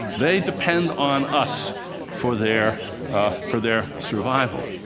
they depend on us for their ah for their survival.